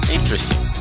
Interesting